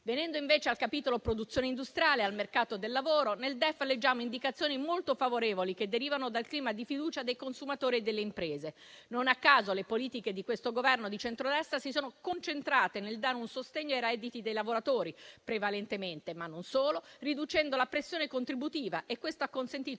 Venendo invece al capitolo della produzione industriale e al mercato del lavoro, nel DEF leggiamo indicazioni molto favorevoli che derivano dal clima di fiducia dei consumatori e delle imprese. Non a caso, le politiche di questo Governo di centrodestra si sono concentrate nel dare un sostegno ai redditi dei lavoratori prevalentemente, ma anche riducendo la pressione contributiva, e questo ha consentito